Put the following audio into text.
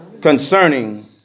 concerning